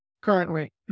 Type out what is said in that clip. currently